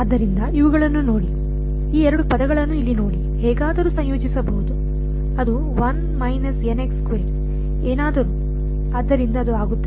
ಆದ್ದರಿಂದ ಇವುಗಳನ್ನು ನೋಡಿ ಈ ಎರಡು ಪದಗಳನ್ನು ಇಲ್ಲಿ ನೋಡಿ ಹೇಗಾದರೂ ಸಂಯೋಜಿಸಬಹುದು ಅದು ಏನಾದರೂ ಆದ್ದರಿಂದ ಅದು ಆಗುತ್ತದೆ